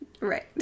right